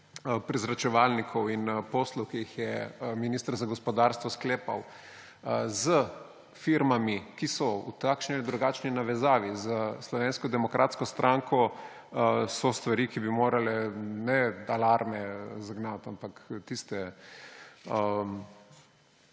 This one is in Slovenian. prezračevalnikov in poslov, ki jih je minister za gospodarstvo sklepal s firmami, ki so v takšni ali drugačni navezavi s Slovensko demokratsko stranko, so stvari, ki bi morale ne alarme zagnati, ampak tiste